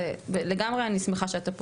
אני לגמרי שמחה שאתה פה.